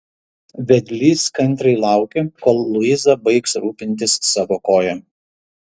vedlys kantriai laukė kol luiza baigs rūpintis savo koja